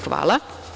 Hvala.